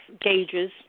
gauges